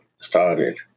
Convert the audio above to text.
started